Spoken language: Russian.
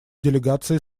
делегация